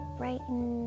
brighten